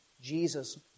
Jesus